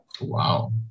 Wow